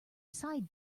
side